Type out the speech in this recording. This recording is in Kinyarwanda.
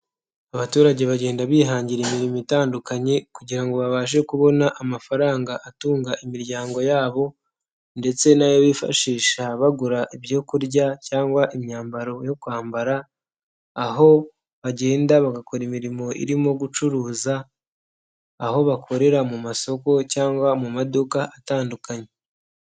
Abaturage bagenda bihangira imirimo itandukanye kugira ngo babashe kubona amafaranga atunga imiryango yabo ndetse n'ayo bifashisha bagura ibyo kurya cyangwa imyambaro yo kwambara, aho bagenda bagakora imirimo irimo gucuruza, aho bakorera mu masoko cyangwa mu maduka atandukanye.